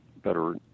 better